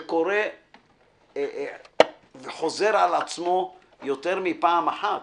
שקורה וחוזר על עצמו יותר מפעם אחת,